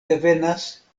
devenas